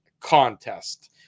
contest